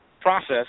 process